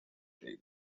day